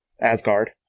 Asgard